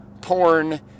porn